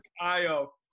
IO